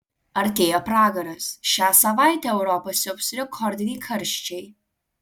artėja pragaras šią savaitę europą siaubs rekordiniai karščiai